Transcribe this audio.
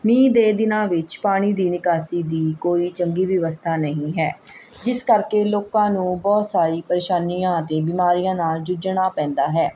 ਮੀਂਹ ਦੇ ਦਿਨਾਂ ਵਿੱਚ ਪਾਣੀ ਦੀ ਨਿਕਾਸੀ ਦੀ ਕੋਈ ਚੰਗੀ ਵਿਵਸਥਾ ਨਹੀਂ ਹੈ ਜਿਸ ਕਰਕੇ ਲੋਕਾਂ ਨੂੰ ਬਹੁਤ ਸਾਰੀ ਪਰੇਸ਼ਾਨੀਆਂ ਅਤੇ ਬਿਮਾਰੀਆਂ ਨਾਲ ਜੂਝਣਾ ਪੈਂਦਾ ਹੈ